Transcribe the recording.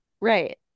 Right